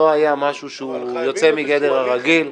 לא היה משהו שהוא יוצא מגדר הרגיל.